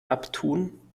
abtun